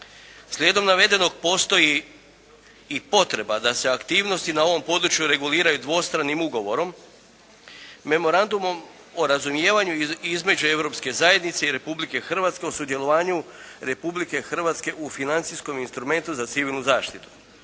Slijedom navedenog postoji i potreba da se aktivnosti na ovom području reguliraju dvostranim ugovorom, Memorandumom o razumijevanju između Europske zajednice i Republike Hrvatske o sudjelovanju Republike Hrvatske u "Financijskom instrumentu za civilnu zaštitu"